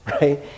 right